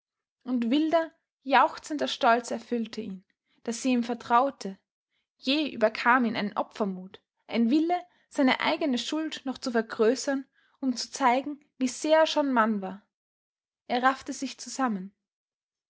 und wilder jauchzender stolz erfüllte ihn daß sie ihm vertraute jäh überkam ihn ein opfermut ein wille seine eigene schuld noch zu vergrößern um zu zeigen wie sehr er schon mann war er raffte sich zusammen